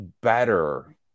better